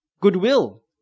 goodwill